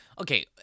okay